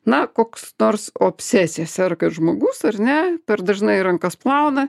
na koks nors obsesija serga žmogus ar ne per dažnai rankas plauna